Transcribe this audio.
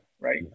right